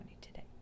today